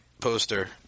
poster